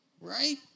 right